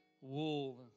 wool